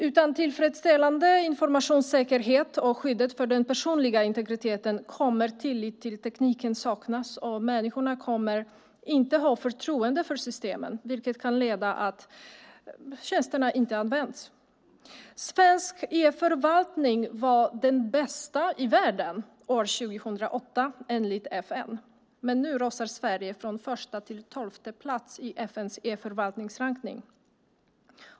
Utan tillfredsställande informationssäkerhet och skyddet för den personliga integriteten kommer tillit till tekniken att saknas och människorna kommer inte att ha förtroende för systemen, vilket kan leda till att tjänsterna inte används. Svensk e-förvaltning var den bästa i världen år 2008, enligt FN. Men nu rasar Sverige från första till tolfte plats i FN:s e-förvaltningsrankning.